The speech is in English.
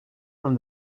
from